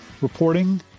reporting